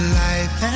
life